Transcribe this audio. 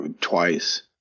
twice